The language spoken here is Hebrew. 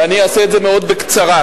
ואני אעשה את זה מאוד בקצרה.